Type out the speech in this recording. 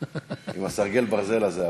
עם סרגל הברזל הזה,